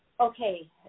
okay